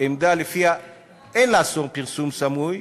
עמדה שלפיה אין לאסור פרסום סמוי,